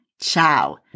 ciao